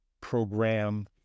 program